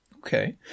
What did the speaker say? okay